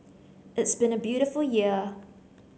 it's been a beautiful year